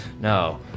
no